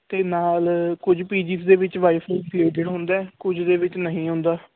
ਅਤੇ ਨਾਲ ਕੁਝ ਪੀਜੀਸ ਦੇ ਵਿੱਚ ਵਾਈਫਾਈ ਹੁੰਦਾ ਕੁਝ ਦੇ ਵਿੱਚ ਨਹੀਂ ਹੁੰਦਾ